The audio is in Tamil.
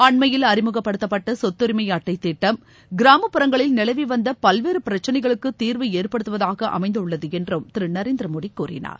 அண்மையில் அறிமுகப்படுத்தப்பட்ட சொத்தரிமை அட்டை திட்டம் கிராமப்புறங்களில் நிலவி வந்த பல்வேறு பிரச்சினைகளுக்கு தீர்வு ஏற்படுத்துவதாக அமைந்துள்ளது என்றும் திரு நரேந்திர மோடி கூறினார்